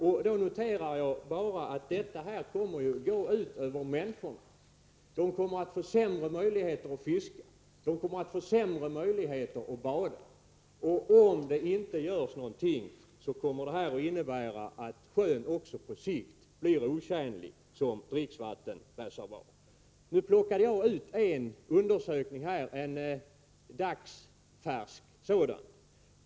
Jag noterar att detta kommer att gå ut över människorna. De kommer att få sämre möjligheter att fiska, sämre möjligheter att bada. Om ingenting görs kommer det som sker att innebära att sjön på sikt också blir otjänlig som dricksvattenreservoar. Jag plockade ut en undersökning — en dagsfärsk sådan.